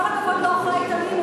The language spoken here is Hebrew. בכל הכבוד לעורכי העיתונים,